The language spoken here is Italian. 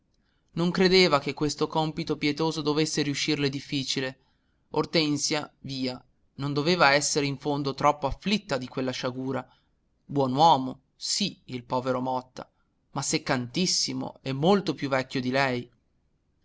non credeva che questo compito pietoso dovesse riuscirle difficile ortensia via non doveva essere in fondo troppo afflitta di quella sciagura buon uomo sì il povero motta ma seccantissimo e molto più vecchio di lei